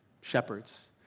shepherds